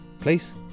please